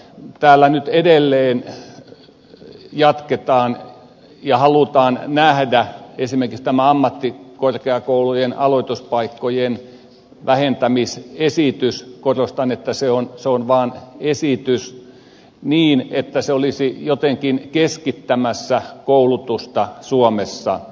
täällä nyt edelleen halutaan nähdä esimerkiksi ammattikorkeakoulujen aloituspaikkojen vähentämisesitys korostan että se on vaan esitys niin että se olisi jotenkin keskittämässä koulutusta suomessa